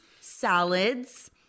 salads